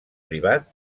privat